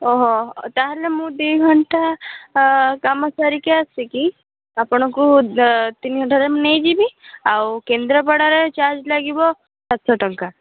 ଓ ହୋ ତାହେଲେ ମୁଁ ଦୁଇ ଘଣ୍ଟା କାମ ସାରିକି ଆସିକି ଆପଣଙ୍କୁ ତିନି ଘଣ୍ଟାରେ ମୁଁ ନେଇଯିବି ଆଉ କେଦ୍ରାପଡ଼ାରେ ଚାର୍ଜ ଲାଗିବ ସାତଶହ ଟଙ୍କା